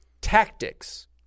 Tactics